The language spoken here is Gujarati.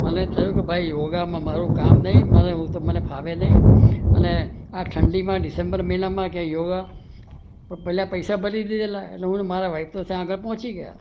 મને થયું કે ભાઈ યોગામાં મારું કામ નહીં મારે એવું તો મને ફાવે નહીં અને આ ઠંડીમાં ડિસેમ્બર મહિનામાં ક્યાંય યોગા પણ પહેલાં પૈસા ભરી દીધેલા એટલે હું ને મારા વાઈફ તો ત્યાં આગળ પહોંચી ગયાં